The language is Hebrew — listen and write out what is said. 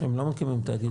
הם לא מקימים תאגיד.